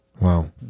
Wow